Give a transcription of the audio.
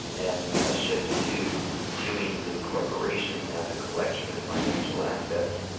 and a shift to viewing the corporation as a collection of financial assets.